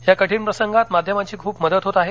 या कठीण प्रसंगात माध्यमांची खूप मदत होत आहे